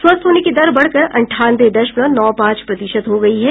स्वस्थ होने की दर बढ़कर अंठानवे दशमलव नौ पांच प्रतिशत हो गई है